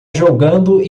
jogando